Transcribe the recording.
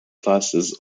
classes